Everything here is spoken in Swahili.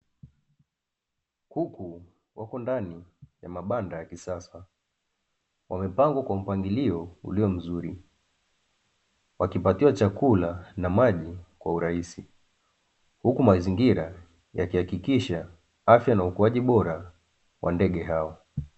Kuku wako ndani ya mabanda ya kisasa, wamepangwa kwa mpangilio ulio mzuri, wakipatiwa chakula na maji kwa urahisi, huku mazingira yakihakikisha afya na ukuaji bora wa ndege hao.